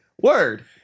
word